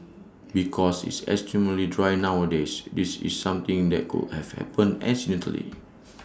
because it's extremely dry nowadays this is something that could have happened accidentally